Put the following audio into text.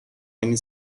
نمی